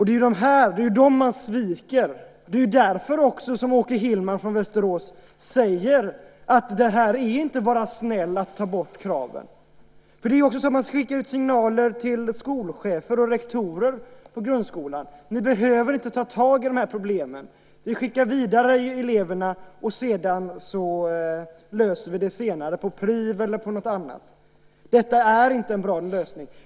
Det är ju dessa man sviker. Det är också därför Åke Hillman från Västerås säger att det inte är att vara snäll att ta bort kraven. Man skickar också ut signalen till skolchefer och rektorer i grundskolan: Ni behöver inte ta tag i de här problemen. Vi skickar eleverna vidare och löser detta senare, i PRIV eller på något annat sätt. Detta är inte en bra lösning.